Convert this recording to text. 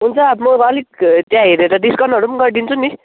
हुन्छ म अलिक त्यहाँ हेरेर डिस्काउन्टहरू पनि गरिदिन्छु नि